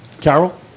Carol